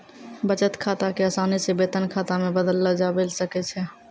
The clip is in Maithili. बचत खाता क असानी से वेतन खाता मे बदललो जाबैल सकै छै